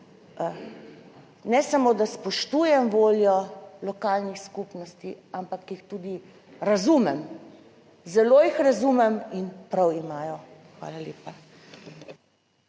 ne samo, da spoštujem voljo lokalnih skupnosti, ampak jih tudi razumem, zelo jih razumem in prav imajo. Hvala lepa.